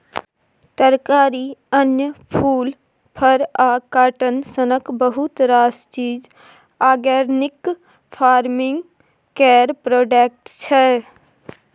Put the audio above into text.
तरकारी, अन्न, फुल, फर आ काँटन सनक बहुत रास चीज आर्गेनिक फार्मिंग केर प्रोडक्ट छै